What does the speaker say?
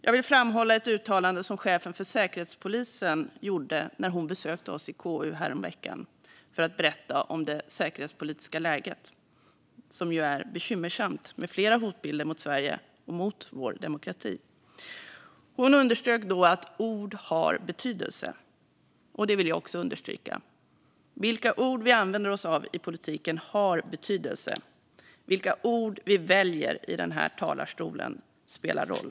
Jag vill framhålla ett uttalande som chefen för Säkerhetspolisen gjorde när hon besökte oss i KU häromveckan för att berätta om det säkerhetspolitiska läget, som ju är bekymmersamt med flera hotbilder mot Sverige och mot vår demokrati. Hon underströk då att ord har betydelse. Det vill jag också understryka. Vilka ord vi använder oss av i politiken har betydelse. Vilka ord vi väljer i den här talarstolen spelar roll.